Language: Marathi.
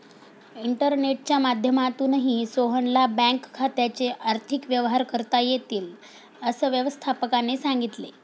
इंटरनेटच्या माध्यमातूनही सोहनला बँक खात्याचे आर्थिक व्यवहार करता येतील, असं व्यवस्थापकाने सांगितले